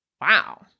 wow